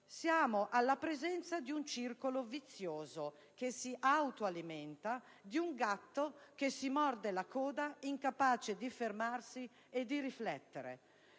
Siamo in presenza di un circolo vizioso che si autoalimenta, di un gatto che si morde la coda, incapace di fermarsi e di riflettere.